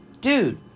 Dude